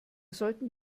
sollten